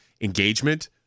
engagement